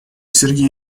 сергей